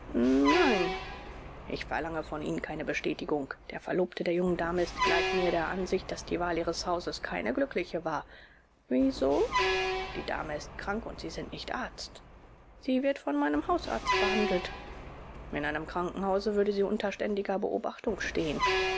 nein ich verlange von ihnen keine bestätigung der verlobte der jungen dame ist gleich mir der ansicht daß die wahl ihres hauses keine glückliche war wieso die dame ist krank und sie sind nicht arzt sie wird von meinem hausarzt behandelt in einem krankenhause würde sie unter ständiger beobachtung stehen